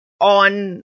on